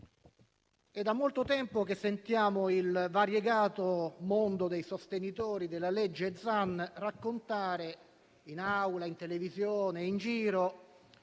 da molto tempo sentiamo il variegato mondo dei sostenitori del disegno di legge Zan raccontare in Aula, in televisione, in giro